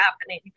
happening